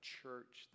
church